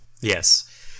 Yes